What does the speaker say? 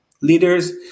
leaders